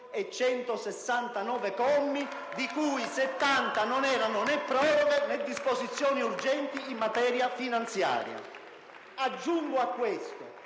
e 169 commi, di cui 70 non erano né proroghe né disposizioni urgenti in materia finanziaria. *(Applausi